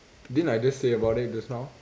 didn't I just say about it just now